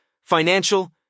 financial